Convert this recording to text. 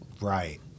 Right